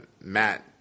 Matt